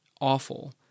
awful